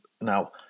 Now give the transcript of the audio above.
Now